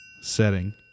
setting